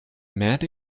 met